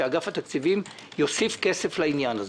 שאגף התקציבים יוסיף כסף לעניין הזה.